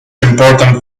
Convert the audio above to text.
important